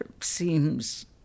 seems